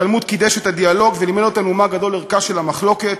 התלמוד קידש את הדיאלוג ולימד אותנו מה גדול ערכה של המחלוקת.